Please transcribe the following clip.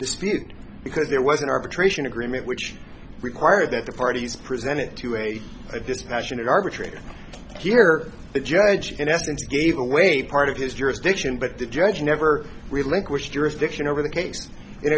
dispute because there was an arbitration agreement which required that the parties present it to a dispassionate arbitrator here the judge in essence gave away part of his jurisdiction but the judge never relinquished jurisdiction over the case i